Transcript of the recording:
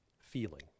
feeling